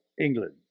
England